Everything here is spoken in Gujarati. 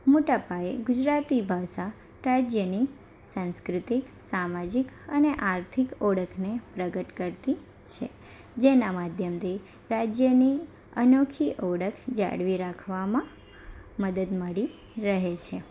મોટા પાયે ગુજરાતી ભાષા રાજ્યની સાંસ્કૃતિક સામાજિક અને આર્થિક ઓળખને પ્રગટ કરે છે જેનાં માધ્યમથી રાજ્યની અનોખી ઓળખ જાળવી રાખવામાં મદદ મળી રહે છે